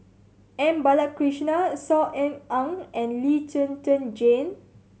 M Balakrishnan Saw Ean Ang and Lee Zhen Zhen Jane